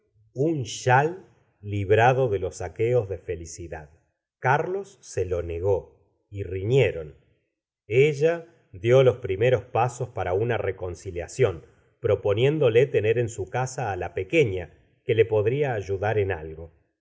un chal libr do de los saqueos de felicidad carlos se lo negó y riñeron ella dió los primeros pasos j ara una reconciliación proponié ndole tener en su casa á la pequeña que le podría ayudar en algo